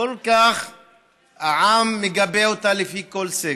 העם כל כך מגבה אותה, לפי כל סקר,